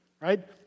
right